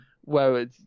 Whereas